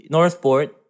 Northport